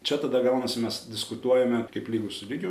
čia tada gaunasi mes diskutuojame kaip lygus su lygiu